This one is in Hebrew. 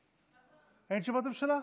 אין תשובת ממשלה?